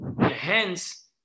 hence